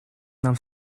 нам